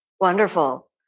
Wonderful